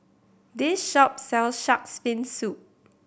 this shop sells Shark's Fin Soup